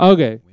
Okay